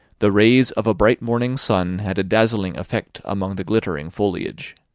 the rays of a bright morning sun had a dazzling effect among the glittering foliage.